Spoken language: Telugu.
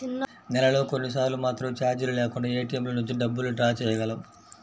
నెలలో కొన్నిసార్లు మాత్రమే చార్జీలు లేకుండా ఏటీఎంల నుంచి డబ్బుల్ని డ్రా చేయగలం